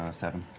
um seven.